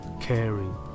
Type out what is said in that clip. caring